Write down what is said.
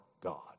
God